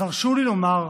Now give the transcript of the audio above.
אז הרשו לי לומר,